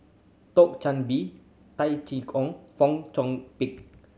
Chan Bee Tai Chye Kong Fong Chong Pik